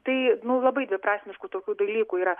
tai nu labai dviprasmiškų tokių dalykų yra